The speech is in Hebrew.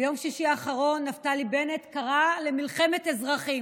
ביום שישי האחרון נפתלי בנט קרא למלחמת אזרחים.